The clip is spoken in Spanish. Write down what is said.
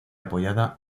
apoyada